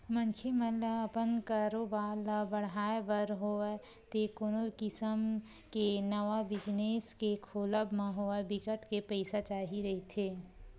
मनखे मन ल अपन कारोबार ल बड़हाय बर होवय ते कोनो किसम के नवा बिजनेस के खोलब म होवय बिकट के पइसा चाही रहिथे